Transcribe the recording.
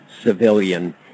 civilian